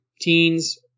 teens